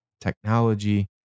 Technology